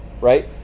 right